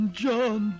John